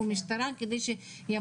אנחנו צריכים